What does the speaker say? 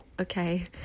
okay